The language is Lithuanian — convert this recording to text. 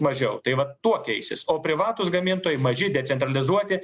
mažiau tai vat tuo keisis o privatūs gamintojai maži decentralizuoti